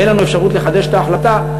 ואין לנו אפשרות לחדש את ההחלטה,